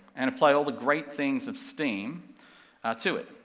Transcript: and apply all the great things of steam ah to it,